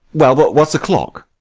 well, but what's o'clock?